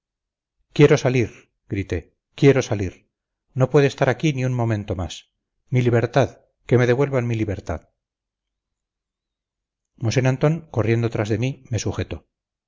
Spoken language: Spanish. quiero salir grité quiero salir no puedo estar aquí ni un momento más mi libertad que me devuelvan mi libertad mosén antón corriendo tras de mí me sujetó